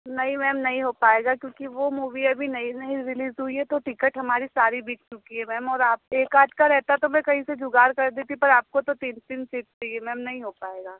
नहीं मैम नहीं हो पाएगा क्योंकि वो मूवी अभी नहीं नहीं रिलीज़ हुई है तो टिकट हमारी सारी बिक चुकी है मैम और आप एकाध का रहता तो मैं कहीं से जुगाड़ कर देती पर आपको तो तीन तीन सीट चाहिए मैम नहीं हो पाएगा